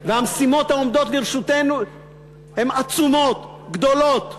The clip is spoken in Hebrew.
המשימות העומדות לפנינו הן עצומות, גדולות,